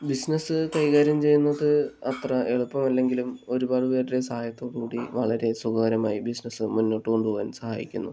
business കൈകാര്യം ചെയ്യുന്നത് അത്ര എളുപ്പമല്ലെങ്കിലും ഒരുപാട് പേരുടെ സഹായത്തോടു കൂടി വളരെ സുഖകരമായി ബിസിനസ്സ് മുന്നോട്ടുകൊണ്ടുപോകാൻ സഹായിക്കുന്നു